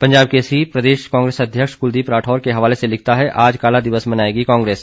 पंजाब केसरी प्रदेश कांग्रेस अध्यक्ष कुलदीप राठौर के हवाले से लिखता है आज काला दिवस मनाएगी कांग्रे स